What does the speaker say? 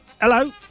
hello